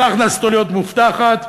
הכנסתו צריכה להיות מובטחת.